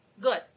Good